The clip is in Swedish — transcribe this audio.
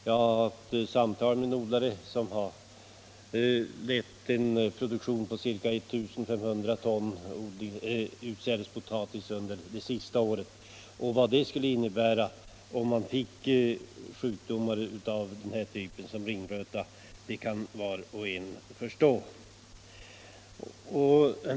Jag har haft ett samtal med en oroad potatisodlare, som har lett en produktion av ca 1 500 ton utsädespotatis det senaste året. Vad det skulle innebära om man fick in sjukdomar av typen ringröta kan var och en förstå.